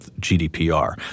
GDPR